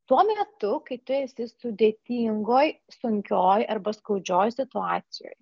tuo metu kai tu esi sudėtingoj sunkioj arba skaudžioj situacijoj